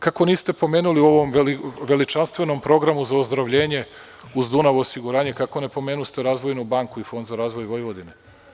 Kako niste pomenuli u ovom veličanstvenom programu za ozdravljenje uz „Dunav osiguranje“, kako ne pomenuste „Razvojnu banku“ i Fond za razvoj Vojvodine?